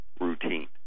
Routine